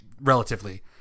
relatively